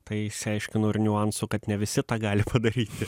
tai išsiaiškinau ir niuansų kad ne visi tą gali padaryti